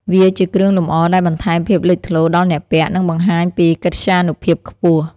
វាជាគ្រឿងលម្អដែលបន្ថែមភាពលេចធ្លោដល់អ្នកពាក់ និងបង្ហាញពីកិត្យានុភាពខ្ពស់។